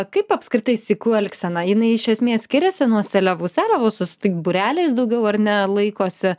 kaip apskritai sykų elgsena jinai iš esmės skiriasi nuo seliavų seliavos jos tik būreliais daugiau ar ne laikosi